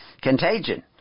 contagion